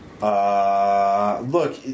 Look